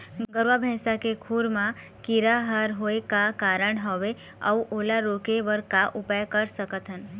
गरवा भैंसा के खुर मा कीरा हर होय का कारण हवए अऊ ओला रोके बर का उपाय कर सकथन?